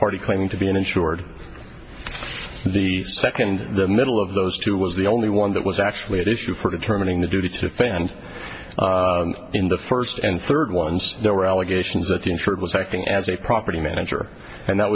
party claiming to be insured the second the middle of those two was the only one that was actually an issue for determining the duty to defend in the first and third ones there were allegations that insured was acting as a property manager and that